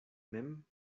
mem